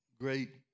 great